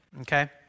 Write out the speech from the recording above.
okay